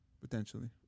potentially